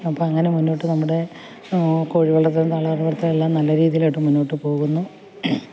അപ്പോൾ അങ്ങനെ മുന്നോട്ടു നമ്മുടെ കോഴി വളർത്തലും താറാവു വളർത്തലുമെല്ലാം നല്ല രീതിയിൽ ആയിട്ട് മുന്നോട്ട് പോകുന്നു